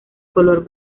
color